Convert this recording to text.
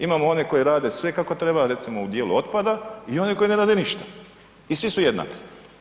Imamo one koje rade sve kako treba, recimo u dijelu otpada i one koji ne rade ništa i svi su jednaki.